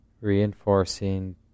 reinforcing